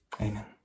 Amen